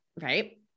right